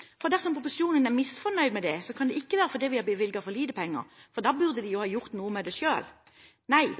IC-satsingen. Dersom opposisjonen er misfornøyd med det, kan det ikke være fordi vi har bevilget for lite penger, for da burde de jo ha gjort noe med det selv. Nei,